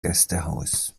gästehaus